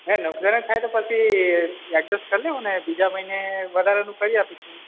ને નુક્સાન જ થાય તો પછી એડજસ કરી લઈશું ને બીજા મહિને વધારાનું કરી આપીશું